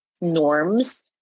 norms